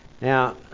Now